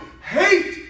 Hate